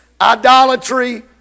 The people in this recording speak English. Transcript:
idolatry